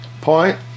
point